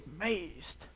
amazed